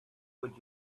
would